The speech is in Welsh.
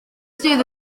sydd